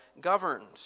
governed